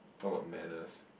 how about manners